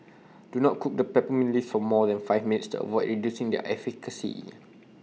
do not cook the peppermint leaves for more than five minutes to avoid reducing their efficacy